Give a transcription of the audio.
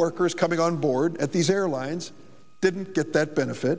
workers coming on board at these airlines didn't get that benefit